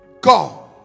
God